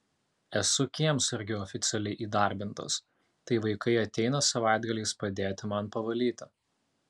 esu kiemsargiu oficialiai įdarbintas tai vaikai ateina savaitgaliais padėti man pavalyti